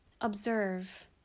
observe